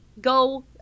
go